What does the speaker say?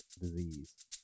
disease